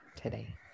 today